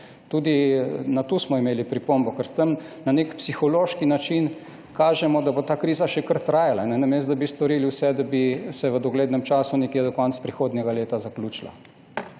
Tudi na to smo imeli pripombo, ker s tem na nek psihološki način kažemo, da bo ta kriza še kar trajala. Namesto da bi storili vse, da bi se v doglednem času nekje do konca prihodnjega leta zaključila.